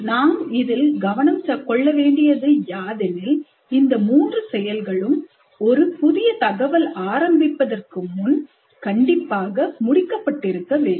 நான் இதில் கவனம் கொள்ள வேண்டியது யாதெனில் இந்த மூன்று செயல்களும் ஒரு புதிய தகவல் ஆரம்பிப்பதற்கு முன்பு கண்டிப்பாக முடிக்கபட்டிருக்க வேண்டும்